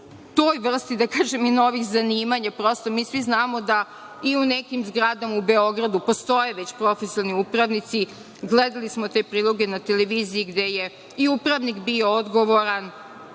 toj vrsti, da kažem novih zanimanja, prosto mi svi znamo da i u nekim zgradama u Beogradu postoje već profesionalni upravnici, gledali smo te priloge na televiziji, gde je upravnik bio odgovoran,